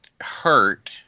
hurt